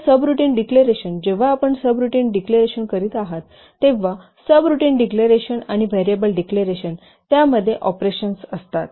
तर subroutine declaration जेव्हा आपण सबरूटीन डिक्लेरेशन करीत आहात तेव्हा सबरूटीन डिक्लेरेशन आणि व्हेरिएबल डिक्लेरेशन त्यामध्ये ऑपरेशन्स असतात